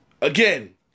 again